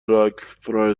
راکفلر